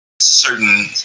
certain